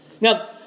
Now